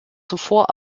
zuvor